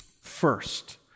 First